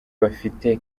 bafite